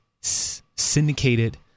syndicated